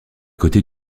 côté